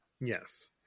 Yes